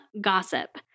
Gossip